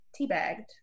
teabagged